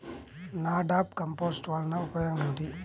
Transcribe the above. NADEP compost వలన ఉపయోగం ఏమిటి?